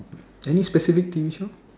any special T_V shows